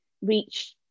reach